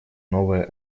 новая